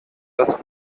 das